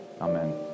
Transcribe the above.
Amen